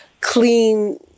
clean